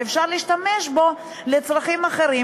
ואפשר להשתמש בו לצרכים אחרים.